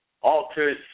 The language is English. altered